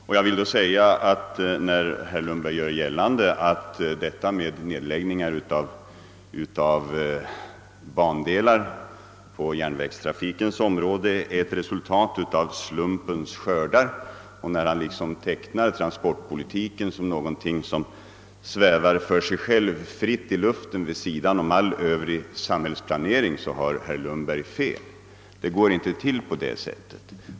När herr Lundberg vill göra gällande att nedläggningar av bandelar beror på slumpens skördar och när han menar att transportpolitiken är någonting som svävar för sig själv fritt i luften vid sidan om all övrig samhällsplanering har han fel.